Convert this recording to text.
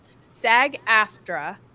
SAG-AFTRA